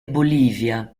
bolivia